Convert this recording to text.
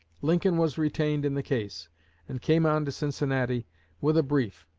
lincoln was retained in the case, and came on to cincinnati with a brief.